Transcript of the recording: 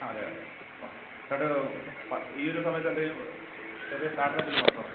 ആ അതെ അതെ അതെ മ്മ് ഈ ഒരു സമയത്ത് എന്തെങ്കിലും ചെറിയ സ്റ്റാർട്ടർ എന്തേലും വേണോ സാറേ